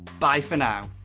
bye for now.